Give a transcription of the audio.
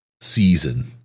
season